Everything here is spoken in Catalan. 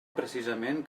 precisament